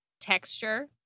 texture